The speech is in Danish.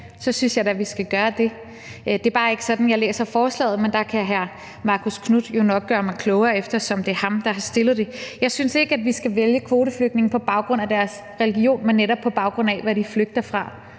synes jeg da, vi skal gøre det. Det er bare ikke sådan, jeg læser forslaget, men der kan hr. Marcus Knuth jo nok gøre mig klogere, eftersom det er ham, der har fremsat det. Jeg synes ikke, at vi skal vælge kvoteflygtninge på baggrund af deres religion, men netop på baggrund af hvad de flygter fra.